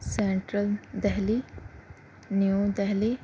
central Delhi new Delhi